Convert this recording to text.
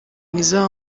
mwiza